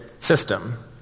system